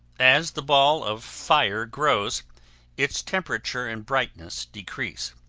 as the ball of fire grows its temperature and brightness decrease.